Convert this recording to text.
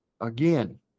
again